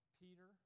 Peter